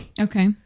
Okay